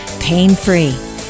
pain-free